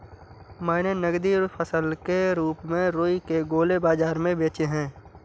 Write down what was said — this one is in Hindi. मैंने नगदी फसल के रूप में रुई के गोले बाजार में बेचे हैं